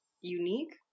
unique